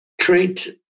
treat